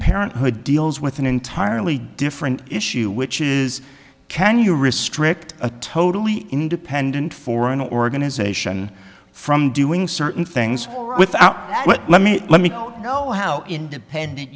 parenthood deals with an entirely different issue which is can you risk richt a totally independent foreign organization from doing certain things without that but let me let me know how independent